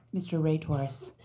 mr. ray torres.